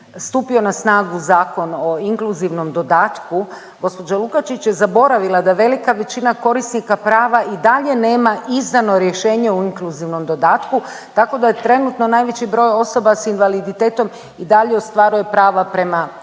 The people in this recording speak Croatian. na snagu Zakon o inkluzivnom dodatku gospođa LUkačić je zaboravila da velika većina korisnika prava i dalje nema izdano rješenje o inkluzivnom dodatku, tako da je tako najveći broj osoba s invaliditetom i dalje ostvaruje prava prema